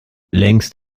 längst